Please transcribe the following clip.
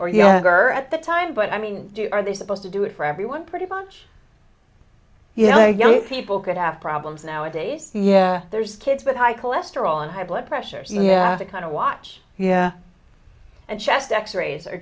or younger at the time but i mean are they supposed to do it for everyone pretty much you know young people could have problems nowadays there's kids but high cholesterol and high blood pressure so yeah to kind of watch yeah and chest x rays are